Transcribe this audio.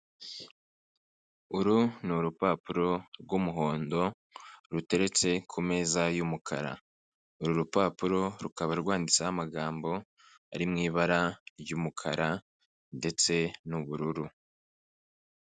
Uru ni urupapuro rw'umuhondo ruteretse ku meza y'umukara, uru rupapuro rukaba rwanditseho amagambo ari mu ibara ry'umukara ndetse n'ubururu.